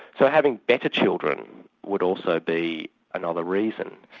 so having better children would also be another reason.